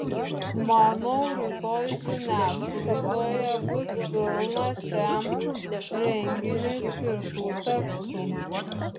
manau rytoj žiniasklaidoje bus pilna šiam renginiui skirtų tekstų